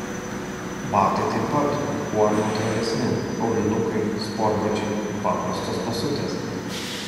batai taip pat kuo neutralesni aulinukai sportbačiai paprastos basutės